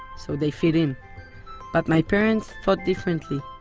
so they fit in but my parents thought differently.